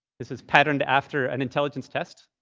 this is patterned after an intelligence test.